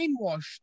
brainwashed